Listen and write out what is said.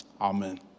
Amen